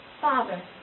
Father